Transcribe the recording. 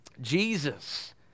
Jesus